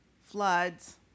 floods